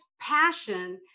passion